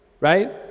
Right